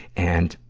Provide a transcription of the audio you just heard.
and,